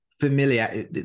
familiar